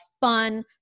fun